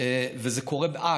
אה,